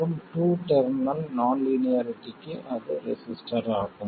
மற்றும் two terminal non லீனியாரிட்டிக்கு அது ரெசிஸ்டர் ஆகும்